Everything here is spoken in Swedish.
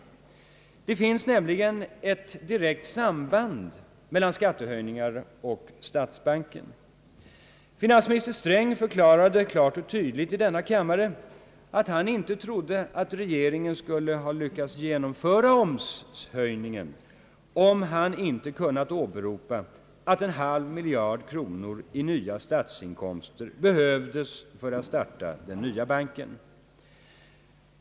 Det finns nämligen ett direkt samband mellan skattehöjningar och statsbanken. Finansminister Sträng förklarade klart och tydligt i denna kammare att han inte trodde att regeringen skulle ha lyckats genomföra omshöjningen om han inte kunnat åberopa att en halv miljard kronor i nya statsinkomster behövdes för att starta den nya banken.